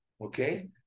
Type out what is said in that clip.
okay